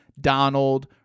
Donald